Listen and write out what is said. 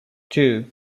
two